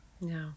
No